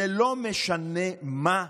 זה לא משנה מה יהיה,